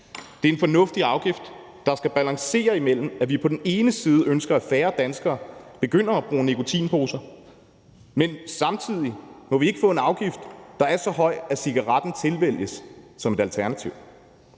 Det er en fornuftig afgift, der skal balancere imellem det, at vi på den ene side ønsker, at færre danskere begynder at bruge nikotinposer, og det, at vi på den anden side samtidig ikke får en afgift, der er så høj, at cigaretten tilvælges som et alternativ.